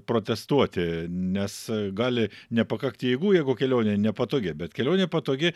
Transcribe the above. protestuoti nes gali nepakakti jėgų jeigu kelionė nepatogi bet kelionė patogi